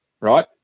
right